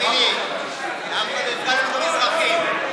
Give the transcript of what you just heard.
אמילי, לאף אחד לא אכפת ממזרחים.